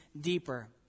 deeper